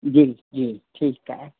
जी जी ठीकु आहे